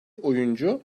oyuncu